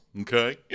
okay